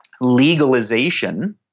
legalization